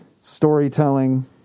storytelling